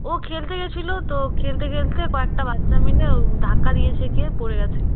ও খেলতে গেছিল তো খেলতে খেলতে কয়েকটা বাচ্চা মিলে ধাক্কা দিয়েছে কে পড়ে গেছে